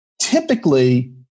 typically